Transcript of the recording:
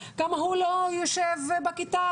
כמה הוא לא יושב בכיתה,